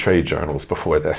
trade journals before th